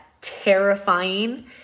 terrifying